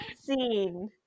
Scene